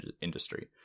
industry